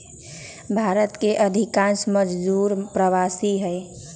भारत में अधिकांश मजदूर प्रवासी हई